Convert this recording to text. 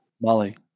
Molly